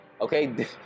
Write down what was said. Okay